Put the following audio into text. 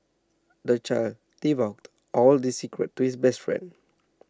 the child divulged all his secrets to his best friend